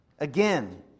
Again